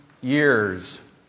years